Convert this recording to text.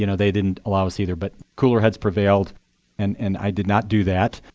you know they didn't allow us either but cooler heads prevailed and and i did not do that.